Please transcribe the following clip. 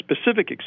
specific